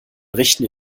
richten